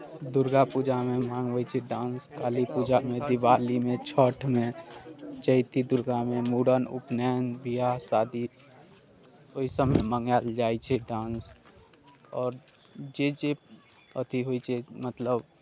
दुर्गापूजामे मंगबै छी डांस कालीपूजामे दिवालीमे छठिमे चैती दुर्गामे मूड़न उपनयन विवाह शादी ओहिसभमे मङ्गायल जाइ छै डांस आओर जे जे अथी होइ छै मतलब